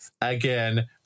again